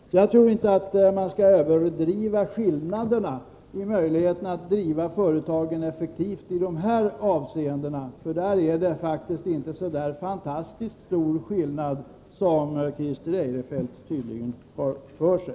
Jag tror inte att man skall överdriva skillnaderna när det gäller möjligheterna att driva företagen effektivt i dessa avseenden. Där finns det faktiskt inte så fantastiskt stor skillnad som Christer Eirefelt tycks ha för sig.